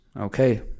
okay